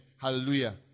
Hallelujah